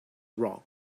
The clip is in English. wrong